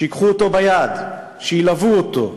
שייקחו אותו ביד, שילוו אותו,